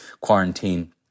quarantine